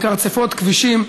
מקרצפות כבישים,